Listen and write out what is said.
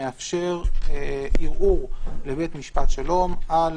שמאפשר ערעור לבית משפט שלום על